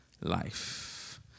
life